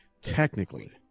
Technically